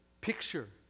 picture